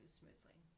smoothly